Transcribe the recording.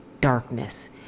darkness